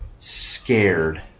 scared